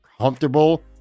comfortable